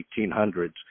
1800s